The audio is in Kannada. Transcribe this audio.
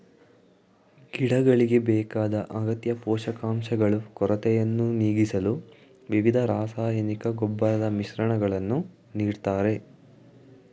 ಗಿಡಗಳಿಗೆ ಬೇಕಾದ ಅಗತ್ಯ ಪೋಷಕಾಂಶಗಳು ಕೊರತೆಯನ್ನು ನೀಗಿಸಲು ವಿವಿಧ ರಾಸಾಯನಿಕ ಗೊಬ್ಬರದ ಮಿಶ್ರಣಗಳನ್ನು ನೀಡ್ತಾರೆ